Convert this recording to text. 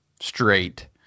straight